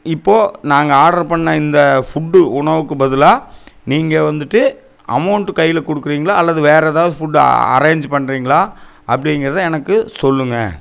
இப்போது நாங்கள் ஆர்டர் பண்ணிண இந்த ஃபுட்டு உணவுக்கு பதிலாக நீங்கள் வந்துட்டு அமௌண்டு கையில் கொடுக்குறீங்களா அல்லது வேறு ஏதாவது ஃபுட்டு அரேன்ஜு பண்ணுறீங்களா அப்படிங்குறத எனக்கு சொல்லுங்க